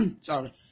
sorry